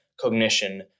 cognition